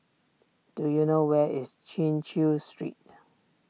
do you know where is Chin Chew Street